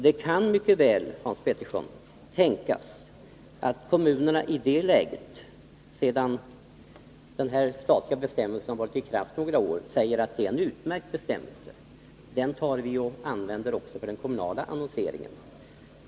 Det kan mycket väl, Hans Petersson, tänkas att kommunerna, när den här statliga bestämmelsen varit i kraft några år, säger sig: Det här är en utmärkt bestämmelse, den använder vi också för den kommunala annonseringen.